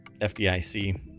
FDIC